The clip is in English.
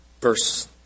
Verse